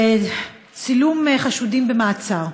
צילום חשודים במעצר: